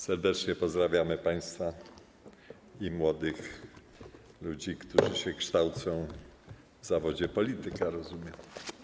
Serdecznie pozdrawiamy państwa i młodych ludzi, którzy się kształcą w zawodzie polityka, jak rozumiem.